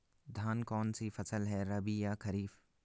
धान कौन सी फसल है रबी या खरीफ?